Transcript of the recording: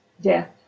death